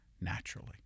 naturally